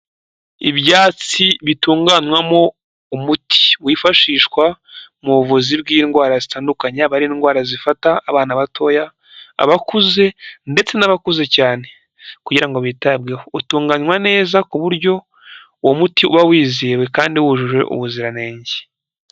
Ibyatsi bitunganywamo umuti, wifashishwa mu buvuzi bw'indwara zitandukanye, yaba ari indwara zifata abana batoya, abakuze ndetse n'abakuze cyane, kugira ngo bitabweho, utunganywa neza ku buryo uwo muti uba wizewe, kandi wujuje ubuziranenge.